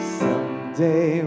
someday